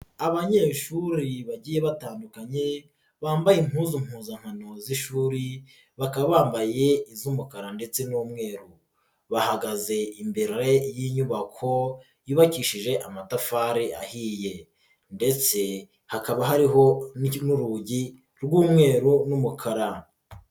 Abanyeshuru bagiye batandukanye bambaye impuzu mpuzankano z'ishuri, bakaba bambaye iz'umukara ndetse n'umweru, bahagaze imbere y'inyubako yubakishije amatafari ahiye ndetse hakaba hariho n'urugi rw'umweru n'umukara.